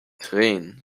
tränen